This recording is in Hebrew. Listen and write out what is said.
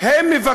עם שרי